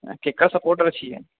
ककर सपोर्टर छियै